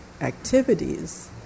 activities